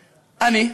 אני,